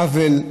עוול,